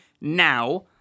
now